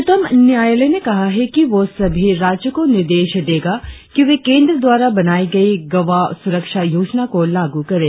उच्चतम न्यायालय ने कहा है कि वह सभी राज्यों को निर्देश देगा कि वे केंद्र द्वारा बनाई गयी गवाह सुरक्षा योजना को लागू करें